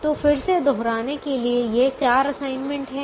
तो फिर से दोहराने के लिए ये 4 असाइनमेंट हैं